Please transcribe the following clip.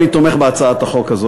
אני תומך בהצעת החוק הזאת,